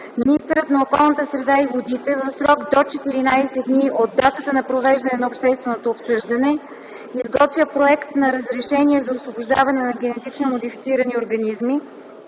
министъра на околната среда и водите в срок до 14 дни от датата на провеждане на общественото обсъждане изготвя проект на разрешение за освобождаване на генетично модифицирани организми